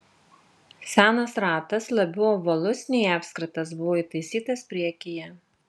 senas ratas labiau ovalus nei apskritas buvo įtaisytas priekyje